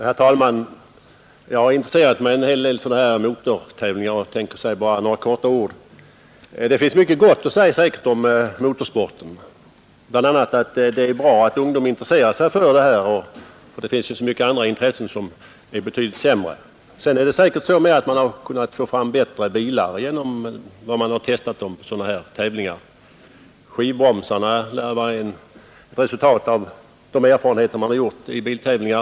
Herr talman! Jag har intresserat mig en hel del för motortävlingar och tänker kortfattat säga några ord därom. Det finns säkert mycket gott att säga om motorsporten, bl.a. att det är bra att ungdomen intresserar sig för den. Det finns ju så många andra intressen som är betydligt sämre. Man har säkert också fått fram bättre bilar genom att testa dem på tävlingar. Skivbromsarna lär vara ett resultat av de erfarenheter man har vunnit vid biltävlingar.